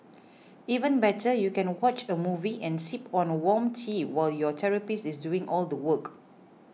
even better you can watch a movie and sip on warm tea while your therapist is doing all the work